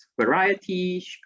variety